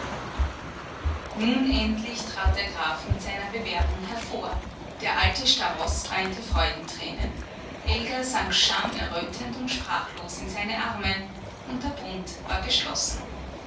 nun endlich trat der graf mit seiner bewerbung hervor der alte starost weinte freudentränen elga sank schamerrötend und sprachlos in seine arme und der bund war geschlossen